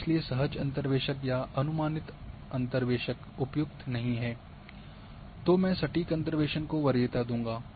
और इसलिए सहज अंतर्वेशक या अनुमानित अंतर्वेशक उपयुक्त नहीं हैं तो मैं सटीक अंतर्वेशक को वरीयता दूँगा